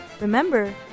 Remember